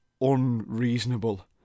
unreasonable